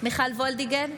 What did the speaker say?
מיכל מרים וולדיגר,